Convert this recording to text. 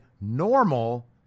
normal